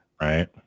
Right